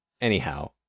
Anyhow